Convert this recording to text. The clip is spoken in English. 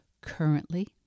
currently